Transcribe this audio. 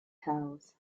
cows